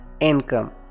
income